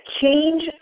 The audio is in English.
change